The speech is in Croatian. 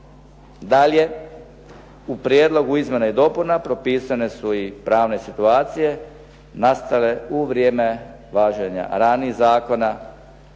Dalje, u prijedlogu izmjena i dopuna propisane su i pravne situacije nastale u vrijeme važenja ranijih zakona,